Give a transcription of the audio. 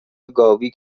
گاوی